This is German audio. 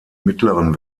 mittleren